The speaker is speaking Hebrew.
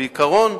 בעיקרון,